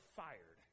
fired